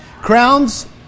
Crowns